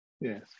Yes